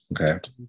Okay